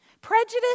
Prejudice